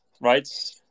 right